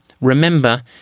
remember